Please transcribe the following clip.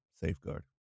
Safeguard